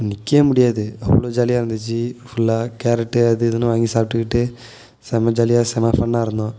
நிக்கயே முடியாது அவ்வளோ ஜாலியாக இருந்துச்சு ஃபு ஃபுல்லாக கேரட் அது இதுன்னு வாங்கி சாப்பிட்டுகிட்டு செம்ம ஜாலியாக செம்ம ஃபன்னாக இருந்தோம்